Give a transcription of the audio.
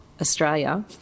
Australia